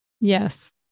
Yes